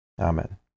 Amen